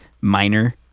minor